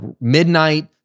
midnight